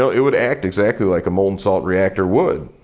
so it would act exactly like a molten salt reactor would.